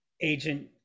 agent